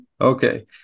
Okay